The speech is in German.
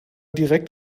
direkt